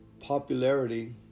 popularity